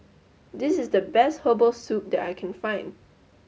this is the best Herbal Soup that I can find